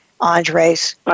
Andres